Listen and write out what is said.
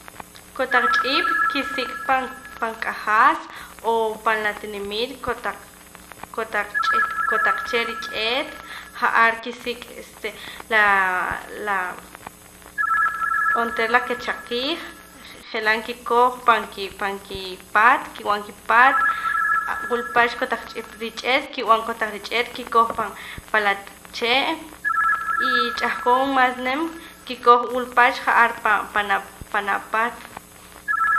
Kotaq ch'ip kisik' pan pan q'ajas o pan la tinimiit kotaq kotaq chee' rich'eet ja'ar kisik' este la laa onteera la ke chakiij je'laa' nkikoj pan ki pan kipaat kib'an kipaat wul pach kotaq ch'ip rich'eet kib'an kotaq rich'eet kikoj pan pan la chee' y ch'ahqon mas nim kikoj wul pach ja'ar pana' pana' paat